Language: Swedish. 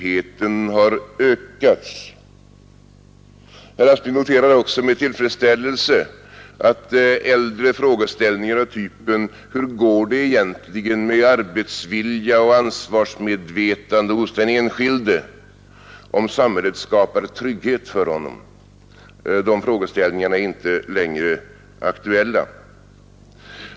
Herr Aspling noterar också med tillfredsställelse att äldre frågeställningar av typen ”Hur går det egentligen med arbetsvilja och ansvarsmedvetande hos den enskilde, om samhället skapar trygghet för honom?” inte längre är aktuella.